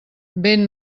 vent